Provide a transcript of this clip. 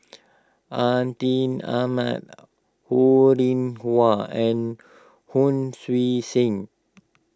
Atin Amat Ho Rih Hwa and Hon Sui Sen